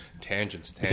Tangents